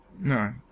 No